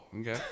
okay